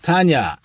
Tanya